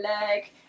leg